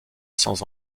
sans